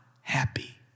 happy